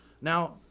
Now